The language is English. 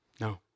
No